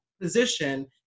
position